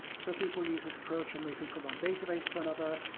so people use this approach and moving from one database to another.